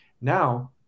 Now